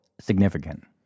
significant